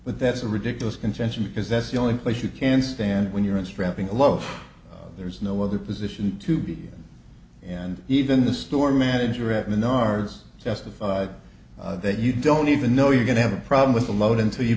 but that's a ridiculous contention because that's the only place you can stand when you're in strapping a low there's no other position to be and and even the store manager at menards testified that you don't even know you're going to have a problem with the moat until you